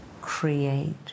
create